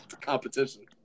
competition